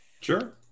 Sure